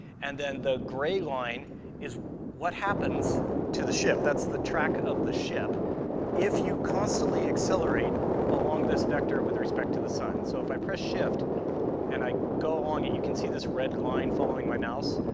and then the gray line is what happens to the ship. that's the track of the ship if you constantly accelerate along this vector with respect to the sun. so, if i press shift and i go along it, you can see this red line following my mouse.